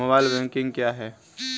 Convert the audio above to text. Mobile banking क्या है?